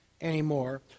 anymore